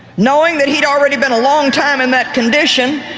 knowing that he'd already been a long time in that condition,